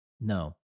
no